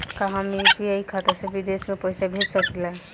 का हम यू.पी.आई खाता से विदेश म पईसा भेज सकिला?